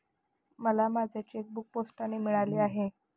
मला माझे चेकबूक पोस्टाने मिळाले आहे